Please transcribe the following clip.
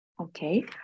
Okay